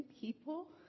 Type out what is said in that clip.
people